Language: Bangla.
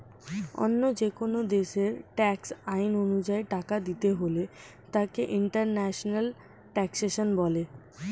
অন্য যেকোন দেশের ট্যাক্স আইন অনুযায়ী টাকা দিতে হলে তাকে ইন্টারন্যাশনাল ট্যাক্সেশন বলে